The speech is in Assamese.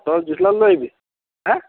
তই জুইশলা এটা লৈ আহিবি হে